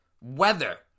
weather